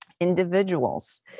individuals